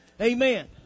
Amen